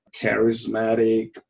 charismatic